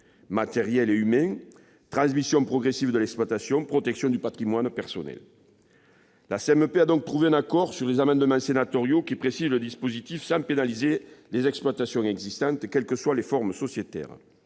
matériels et humains, transmission progressive de l'exploitation, protection du patrimoine personnel. La CMP a donc trouvé un accord sur les amendements sénatoriaux précisant le dispositif, sans pénaliser les exploitations existantes, quelles que soient les formes sociétaires.